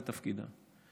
זה תפקידה.